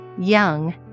young